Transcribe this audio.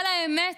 אבל האמת